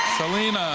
selina.